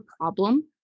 problem